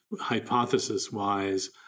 hypothesis-wise